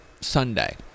sunday